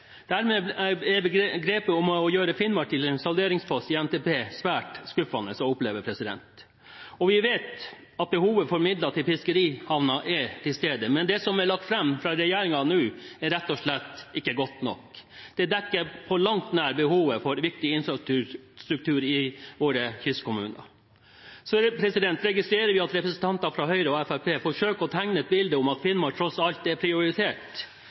Dermed er grepet med å gjøre Finnmark til en salderingspost i NTP svært skuffende å oppleve. Vi vet at behovet for midler til fiskerihavna er til stede, men det som er lagt fram fra regjeringen nå, er rett og slett ikke godt nok. Det dekker ikke på langt nær behovet for viktig infrastruktur i våre kystkommuner. Jeg registrerer at representanter fra Høyre og Fremskrittspartiet forsøker å tegne et bilde som viser at Finnmark tross alt er prioritert.